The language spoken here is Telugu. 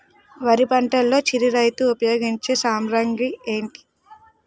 వరి పంటలో చిరు రైతులు ఉపయోగించే సామాగ్రి ఏంటి?